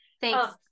Thanks